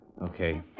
Okay